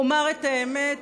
אומר את האמת,